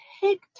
take